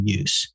use